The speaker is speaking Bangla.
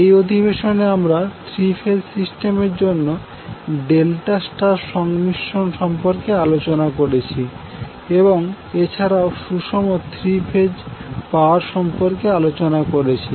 এই অধিবেশনে আমরা থ্রি ফেজ সিস্টেমের জন্য ডেল্টা স্টার সংমিশ্রণ সম্পর্কে আলোচনা করেছি এবং এছাড়াও সুষম থ্রি ফেজ পাওয়ার সম্পর্কে আলোচনা করেছি